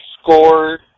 score